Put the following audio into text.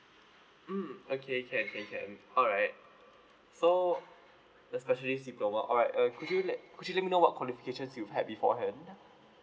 mm okay can can can alright so the specialist diploma alright uh could you let could you let me know what qualifications you had beforehand